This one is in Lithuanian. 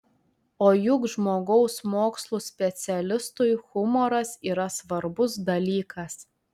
o juk žmogaus mokslų specialistui humoras yra svarbus dalykas